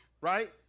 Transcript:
right